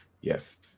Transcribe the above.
yes